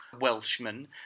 Welshman